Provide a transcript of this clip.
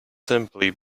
simply